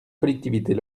collectivités